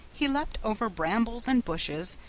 he leaped over brambles and bushes,